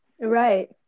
right